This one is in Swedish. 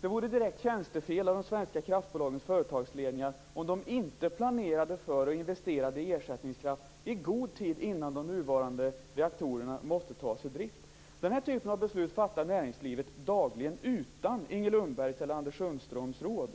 Det vore direkt tjänstefel av de svenska kraftbolagens företagsledningar om de inte planerade för och investerade i ersättningskraft i god tid innan de nuvarande reaktorerna måste tas ur drift. Den typen av beslut fattar näringslivet dagligen utan Inger Lundbergs eller Anders Sundströms råd.